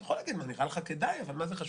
אתה יכול להגיד מה נראה לך כדאי, אבל מה זה חשוב.